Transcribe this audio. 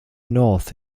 north